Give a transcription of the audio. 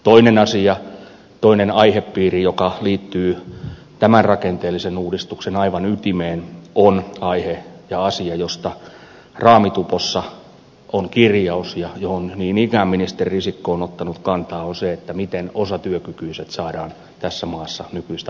toinen asia toinen aihepiiri joka liittyy tämän rakenteellisen uudistuksen aivan ytimeen on aihe ja asia josta raamitupossa on kirjaus ja johon niin ikään ministeri risikko on ottanut kantaa ja se on se miten osatyökykyiset saadaan tässä maassa nykyistä paremmin töihin